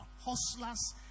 Hustlers